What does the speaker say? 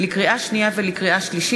לקריאה שנייה ולקריאה שלישית,